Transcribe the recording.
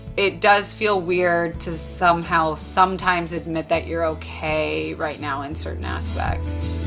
it does feel weird to somehow sometimes admit that you're okay right now in certain aspects.